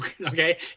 Okay